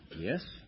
Yes